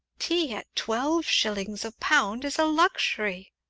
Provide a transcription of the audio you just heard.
tea at twelve shillings a pound is a luxury!